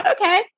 okay